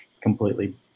completely